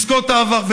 לזכור את העבר.